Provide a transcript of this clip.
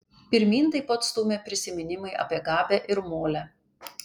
pirmyn taip pat stūmė prisiminimai apie gabę ir molę